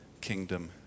kingdom